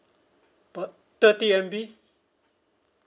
but thirty M_B